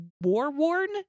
war-worn